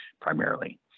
primarily